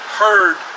heard